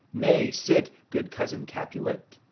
nay, sit, good cousin capulet,